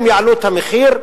הם יעלו את המחיר.